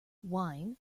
wine